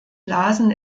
lasen